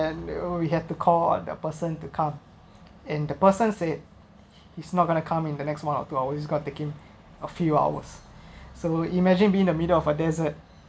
then we have to call the person to come and the person said he's not going to come in the next one or two hours it gonna taking a few hours so imagine being the middle of a desert